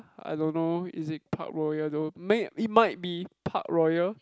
I don't know is it Park Royal though may it might be Park Royal